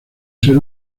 ser